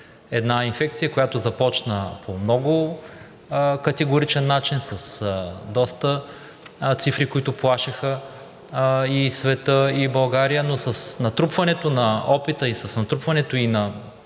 една инфекция, която започна по много категоричен начин с доста цифри, които плашеха и света, и България, но с натрупването на опита, и с натрупването,